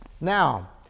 Now